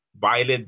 violent